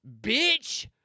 bitch